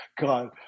God